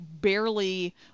barely